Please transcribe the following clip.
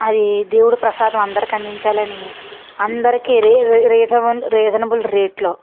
అది దేవుడు ప్రసాదం అందరికీ అందించాలని అందరికీ రీ రీజ రీజనబుల్ రేట్లో